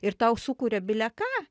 ir tau sukuria bile ką